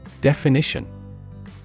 Definition